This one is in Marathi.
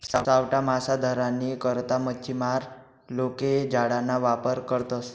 सावठा मासा धरानी करता मच्छीमार लोके जाळाना वापर करतसं